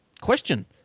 Question